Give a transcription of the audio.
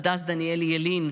הדס דניאלי ילין,